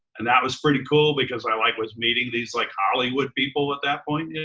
and that was pretty cool because i like was meeting these like hollywood people at that point.